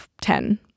ten